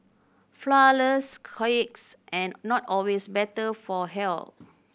flourless cakes and not always better for health